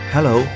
Hello